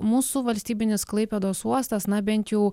mūsų valstybinis klaipėdos uostas na bent jau